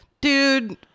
Dude